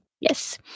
Yes